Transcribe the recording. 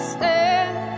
Stand